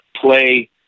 play